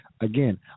Again